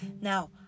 Now